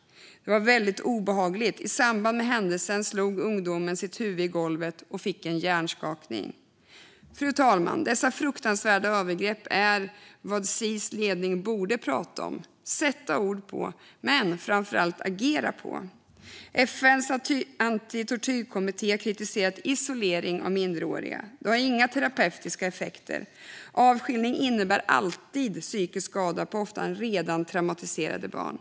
Det var väldigt obehagligt. I samband med händelsen slog ungdomen sitt huvud i golvet och fick en hjärnskakning..." Fru talman! Dessa fruktansvärda övergrepp är vad Sis ledning borde prata om, sätta ord på och framför allt agera på. FN:s antitortyrkommitté har kritiserat isolering av minderåriga. Det har inga terapeutiska effekter. Avskiljning innebär alltid psykisk skada på ofta redan traumatiserade barn.